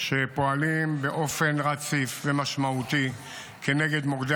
שפועלים באופן רציף ומשמעותי כנגד מוקדי